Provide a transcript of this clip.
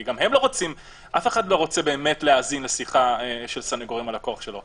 כי אף אחד לא רוצה להאזין לשיחה של סנגור עם הלקוח שלו.